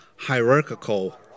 hierarchical